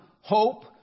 hope